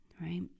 right